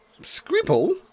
Scribble